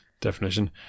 definition